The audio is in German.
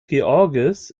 george’s